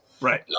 Right